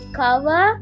cover